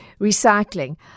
recycling